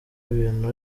ibintu